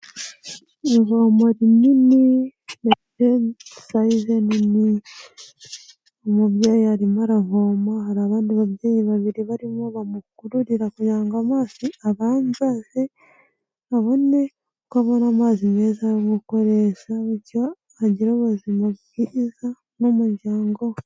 Ivomo rinini, rifite sayize nini, umubyeyi arimo aravoma, hari abandi babyeyi babiri barimo bamukururira kugira ngo amazi abanze aze, abone uko abona amazi meza yo gukoresha, bityo agira ubuzima bwiza n'umuryango we.